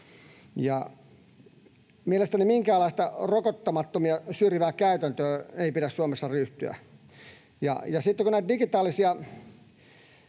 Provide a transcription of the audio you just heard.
mielestäni minkäänlaiseen rokottamattomia syrjivään käytäntöön ei pidä Suomessa ryhtyä. Ja sitten kun näitä digitaalisia